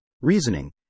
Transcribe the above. reasoning